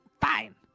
Fine